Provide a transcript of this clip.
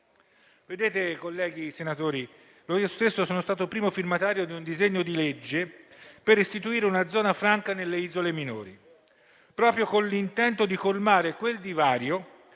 Colleghi senatori, io stesso sono stato il primo firmatario di un disegno di legge per istituire una zona franca nelle isole minori, proprio con l'intento di colmare quel divario